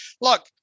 Look